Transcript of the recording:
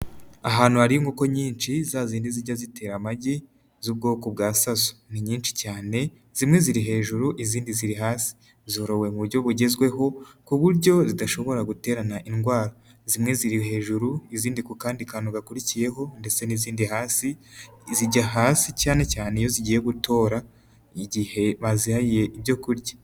Ahantu hari inkoko nyinshi, za zindi zijya zitera amagi z'ubwoko bwa saso. Ni nyinshi cyane zimwe ziri hejuru izindi ziri hasi. Zorowe mu buryo bugezweho ku buryo zidashobora guterana indwara. Zimwe ziri hejuru izindi ku kandi kantu gakurikiyeho ndetse n'izindi hasi. Zijya hasi cyane cyane iyo zigiye gutora. Igihe bazihaye ibyo kurya.